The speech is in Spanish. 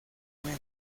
media